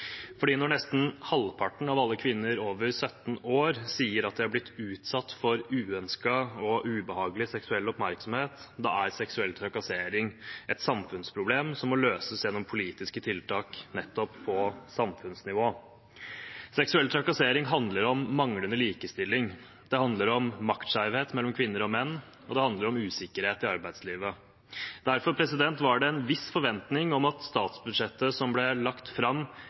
Når nesten halvparten av alle kvinner over 17 år sier at de har blitt utsatt for uønsket og ubehagelig seksuell oppmerksomhet, er seksuell trakassering et samfunnsproblem som må løses gjennom politiske tiltak nettopp på samfunnsnivå. Seksuell trakassering handler om manglende likestilling, det handler om maktskjevhet mellom kvinner og menn, og det handler om usikkerhet i arbeidslivet. Derfor var det en viss forventning om at statsbudsjettet som ble lagt fram